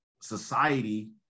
Society